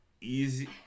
easy